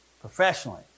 professionally